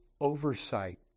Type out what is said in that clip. oversight